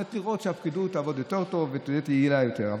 לראות שהפקידות תעבוד יותר טוב ותהיה יעילה יותר.